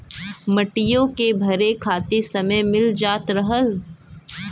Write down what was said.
मटियो के भरे खातिर समय मिल जात रहल